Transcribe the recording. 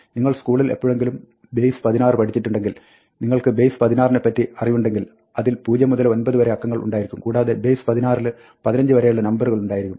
നിങ്ങൾ സ്കൂളിൽ എപ്പോഴെങ്കിലും ബേസ് 16 പഠിച്ചിട്ടുണ്ടെങ്കിൽ നിങ്ങൾക്ക് ബേസ് 16 നെ പറ്റി അറിവുണ്ടെങ്കിൽ അതിൽ 0 മുതൽ 9 അക്കങ്ങൾ ഉണ്ടാകും കൂടാതെ ബേസ് 16 ൽ 15 വരെയുള്ള നമ്പറുകളുണ്ടായിരിക്കും